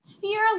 fear